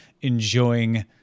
enjoying